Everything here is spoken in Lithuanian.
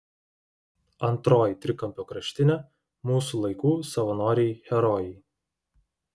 antroji trikampio kraštinė mūsų laikų savanoriai herojai